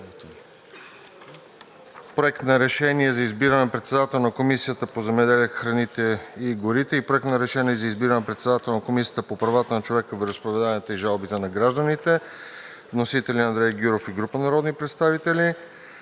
Проект на решение за избиране на председател на Комисията по земеделието, храните и горите и Проект на решение за избиране на председател на Комисията по правата на човека, вероизповеданията и жалбите на гражданите. Вносители – Андрей Гюров и група народни представители.